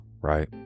right